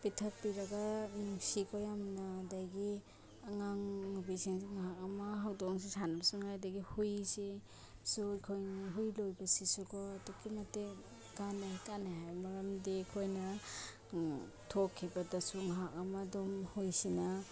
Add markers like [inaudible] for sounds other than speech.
ꯄꯤꯊꯛꯄꯤꯔꯒ ꯅꯨꯡꯁꯤꯀꯣ ꯌꯥꯝꯅ ꯑꯗꯒꯤ ꯑꯉꯥꯡ ꯅꯨꯕꯤꯁꯤꯡꯁꯨ ꯉꯥꯏꯍꯥꯛ ꯑꯃ ꯍꯧꯗꯣꯡꯁꯨ ꯁꯥꯟꯅꯕꯁꯨ [unintelligible] ꯑꯗꯒꯤ ꯍꯨꯏꯁꯤꯁꯨ ꯑꯩꯈꯣꯏꯅ ꯍꯨꯏ ꯂꯣꯏꯕꯁꯤꯁꯨꯀꯣ ꯑꯗꯨꯛꯀꯤ ꯃꯇꯤꯛ ꯀꯥꯟꯅꯩ ꯀꯥꯟꯅꯩ ꯍꯥꯏꯕ ꯃꯔꯝꯗꯤ ꯑꯩꯈꯣꯏꯅ ꯊꯣꯛꯈꯤꯕꯗꯁꯨ ꯉꯥꯏꯍꯥꯛ ꯑꯃ ꯑꯗꯨꯃ ꯍꯨꯏꯁꯤꯅ